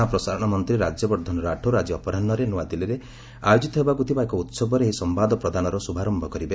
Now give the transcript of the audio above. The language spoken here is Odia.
ସୂଚନା ପ୍ରସାରଣ ମନ୍ତ୍ରୀ ରାଜ୍ୟବର୍ଦ୍ଧନ ରାଠୋର ଆଜି ଅପରାହ୍ନରେ ନୂଆଦିଲ୍ଲୀରେ ଆୟୋଜିତ ହେବାକୁ ଥିବା ଏକ ଉତ୍ସବରେ ଏହି ସମ୍ଭାଦ ପ୍ରଦାନର ଶୁଭାରନ୍ତ କରିବେ